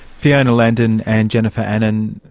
fiona landon and jennifer annan,